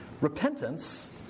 Repentance